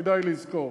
כדאי לזכור: